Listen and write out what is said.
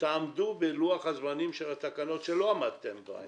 ותעמדו בלוח-הזמנים של התקנות, שלא עמדתם בו